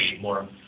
more